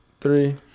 three